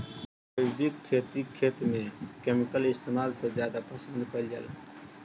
जैविक खेती खेत में केमिकल इस्तेमाल से ज्यादा पसंद कईल जाला